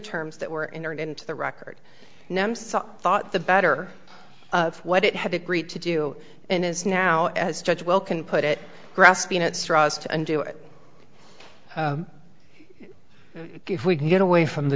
terms that were entered into the record number thought the better of what it had agreed to do and is now as such well can put it grasping at straws to undo it if we can get away from the